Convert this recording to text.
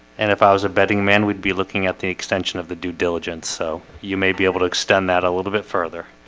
and if i was a betting man, we'd be looking at the extension of the due diligence so you may be able to extend that a little bit further